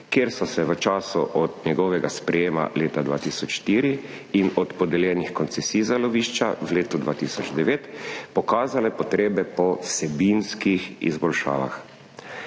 kjer so se v času od njegovega sprejema leta 2004 in od podeljenih koncesij za lovišča v letu 2009 pokazale potrebe po vsebinskih izboljšavah.